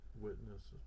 witnesses